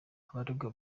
abaregwa